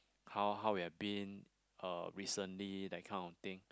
how how we've been uh recently that kind of thing